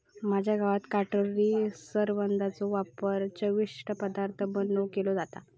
माझ्या गावात काटेरी करवंदाचो वापर चविष्ट पदार्थ बनवुक केलो जाता